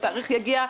התאריך יגיע,